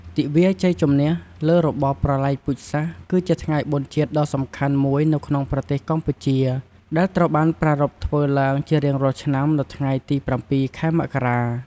ទិវាជ័យជំនះលើរបបប្រល័យពូជសាសន៍ គឺជាថ្ងៃបុណ្យជាតិដ៏សំខាន់មួយនៅក្នុងប្រទេសកម្ពុជា ដែលត្រូវបានប្រារព្ធធ្វើឡើងជារៀងរាល់ឆ្នាំនៅថ្ងៃ ទី៧ ខែមករា។